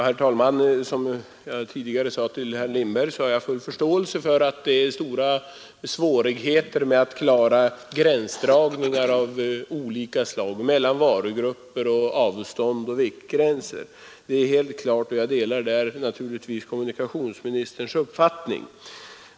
Herr talman! Som jag tidigare sade till herr Lindberg har jag full förståelse för svårigheterna med klara gränsdragningar av olika slag, t.ex. mellan varuslag, avstånd och vikter. Där delar jag givetvis kommunikationsministerns uppfattning.